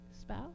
spouse